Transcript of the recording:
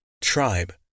tribe